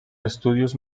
estudios